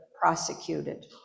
prosecuted